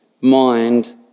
mind